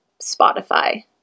Spotify